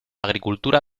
agricultura